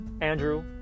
Andrew